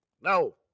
No